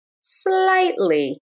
slightly